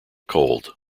cold